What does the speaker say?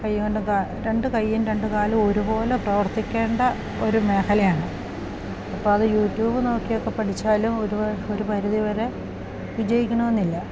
കയ്യ് കൊണ്ട് രണ്ട് കയ്യും രണ്ട് കാലും ഒരു പോലെ പ്രവർത്തിക്കേണ്ട ഒരു മേഖലയാണ് അപ്പം അത് യൂട്യൂബ് നോക്കി ഒക്കെ പഠിച്ചാലും ഒരുപരിധി ഒരു പരിധി വരെ വിജയിക്കണം എന്നില്ല